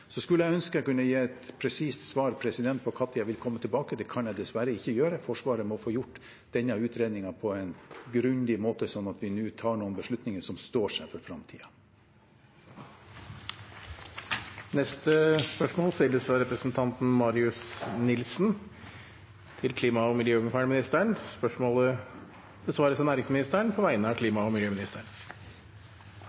Så skulle jeg ønske jeg kunne gi et presist svar på når jeg vil komme tilbake. Det kan jeg dessverre ikke gjøre. Forsvaret må få gjort denne utredningen på en grundig måte, sånn at vi nå tar noen beslutninger som står seg for framtiden. Dette spørsmålet besvares av næringsministeren på vegne av klima- og